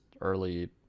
early